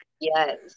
yes